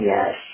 Yes